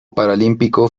paralímpico